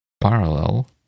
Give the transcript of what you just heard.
parallel